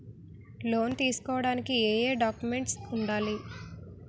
Loan తీసుకోడానికి ఏయే documents వుండాలి?